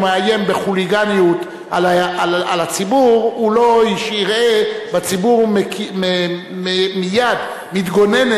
מאיים בחוליגניות על הציבור הוא יראה שהציבור מייד מתגונן